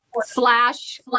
slash